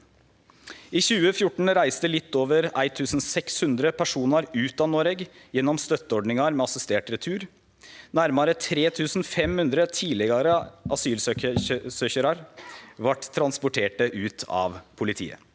I 2014 reiste litt over 1 600 personar ut av Noreg gjennom støtteordningar med assistert retur. Nærmare 3 500 tidlegare asylsøkjarar vart transporterte ut av politiet.